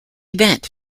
event